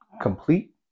complete